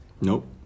nope